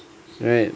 right